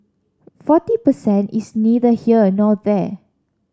forty per cent is neither here nor there